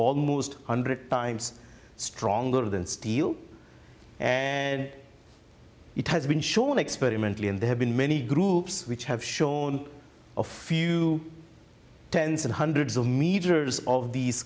almost hundred times stronger than steel it has been shown experimentally and they have been many groups which have shown of few tens and hundreds of meters of these